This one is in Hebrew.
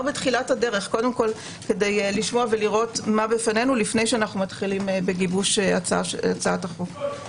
בתחילת הדרך כדי לראות מה בפנינו לפני תחילת גיבוש הצעת החוק.